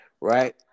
right